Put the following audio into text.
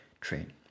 train